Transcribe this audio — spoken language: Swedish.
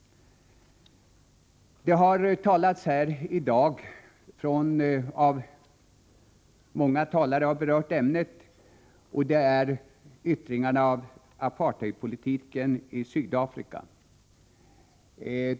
Det har här i dag talats om yttringarna av apartheidpolitiken i Sydafrika — många talare har berört ämnet.